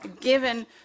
given